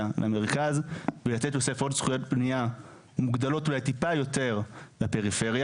למרכז ולתת תוספות זכויות בנייה מוגדלות אולי טיפה יותר לפריפריה.